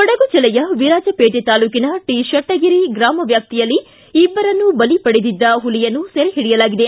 ಕೊಡಗು ಜಿಲ್ಲೆಯ ವಿರಾಜಪೇಟೆ ತಾಲೂಕಿನ ಟಿ ಶೆಟ್ಟಗೆರಿ ಗ್ರಾಮ ವ್ಯಾಪ್ತಿಯಲ್ಲಿ ಇಬ್ಬರನ್ನು ಬಲಿ ಪಡೆದಿದ್ದ ಹುಲಿಯನ್ನು ಸೆರೆ ಹಿಡಿಯಲಾಗಿದೆ